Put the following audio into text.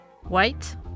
White